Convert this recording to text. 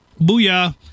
Booyah